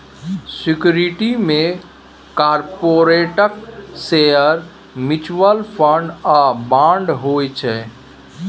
security मे कारपोरेटक share, mutual fund आ बांड होइ छै